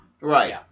Right